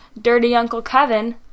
DirtyUncleKevin